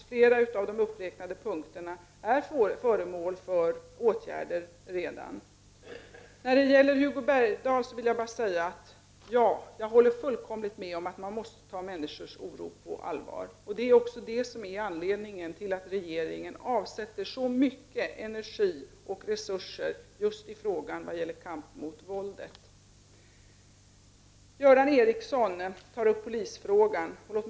Flera av de punkter Stina Eliasson räknar upp är redan föremål för åtgärder. Hugo Bergdahl: Ja, jag håller fullkomligt med om att man måste ta människors oro på allvar. Det är också detta som är anledningen till att regeringen avsätter så mycket energi och resurser just till kampen mot våldet. Göran Ericsson tar upp frågan om poliserna.